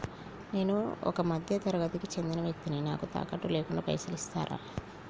నేను ఒక మధ్య తరగతి కి చెందిన వ్యక్తిని నాకు తాకట్టు లేకుండా పైసలు ఇస్తరా?